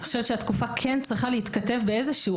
אני חושבת שהתקופה כן צריכה להתכתב באיזשהו